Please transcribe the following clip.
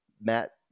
Matt